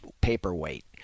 paperweight